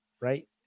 right